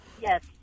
Yes